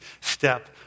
step